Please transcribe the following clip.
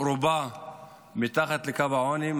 רובה מתחת לקו העוני,